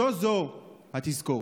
זו-זו התזכורת.